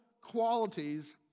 qualities